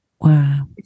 Wow